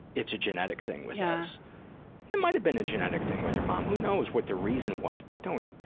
it's a genetic thing with us. it might have been a genetic thing with her mom. who knows what the reason was but don't